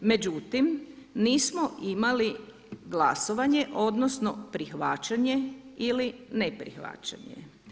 Međutim, nismo imali glasovanje odnosno prihvaćanje ili neprihvaćanje.